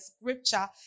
scripture